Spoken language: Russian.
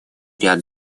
ряд